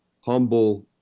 humble